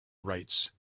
rights